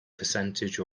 percentage